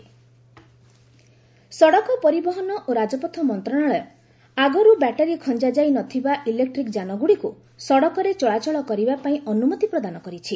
electric vehicle ସଡ଼କ ପରିବହନ ଓ ରାଜପଥ ମନ୍ତ୍ରଣାଳୟ ଆଗରୁ ବ୍ୟାଟେରି ଖଞ୍ଜା ଯାଇନଥିବା ଇଲେକ୍ଟ୍ରିକ୍ ଯାନଗୁଡ଼ିକୁ ସଡ଼କରେ ଚଳାଚଳ କରିବା ପାଇଁ ଅନୁମତି ପ୍ରଦାନ କରିଛି